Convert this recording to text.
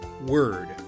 word